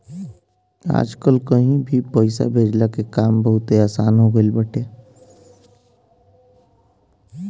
आजकल कहीं भी पईसा भेजला के काम बहुते आसन हो गईल बाटे